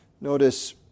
notice